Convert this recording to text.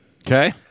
Okay